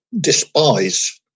despise